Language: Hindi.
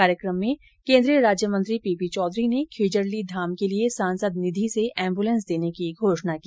कार्यक्रम में के ंद्रीय राज्य मंत्री पीपी चौधरी ने खेजड़ली धाम के लिए सांसद निधि से एम्ब्लेंस देने की घोषणा की